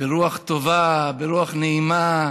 ברוח טובה, ברוח נעימה,